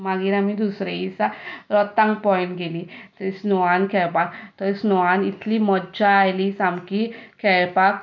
मागीर आमी दुसरे दिसा रोहतांग पॉयंट गेलीं थंय स्नोवान खेळपाक थंय स्नोवान इतली मज्जा आयली सामकी खेळपाक खूब